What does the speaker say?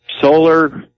solar